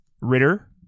Ritter